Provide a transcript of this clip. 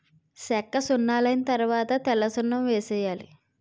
సెక్కసున్నలైన తరవాత తెల్లసున్నం వేసేయాలి